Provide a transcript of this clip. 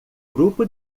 grupo